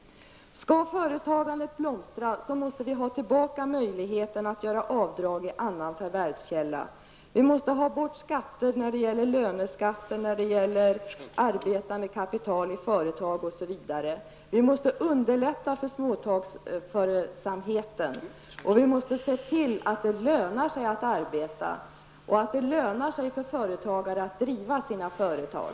Skall företagandet blomstra, måste vi få tillbaka möjligheten att göra avdrag i annan förvärvskälla. Vi måste få bort löneskatterna och skatten på arbetande kapital i företag osv. Vi måste underlätta för småföretagsamheten. Vi måste se till att det lönar sig att arbeta och att det lönar sig för företagare att driva sina företag.